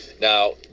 Now